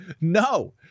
no